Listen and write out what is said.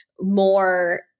more